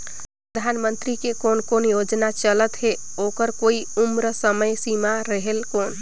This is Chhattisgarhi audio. परधानमंतरी के कोन कोन योजना चलत हे ओकर कोई उम्र समय सीमा रेहेल कौन?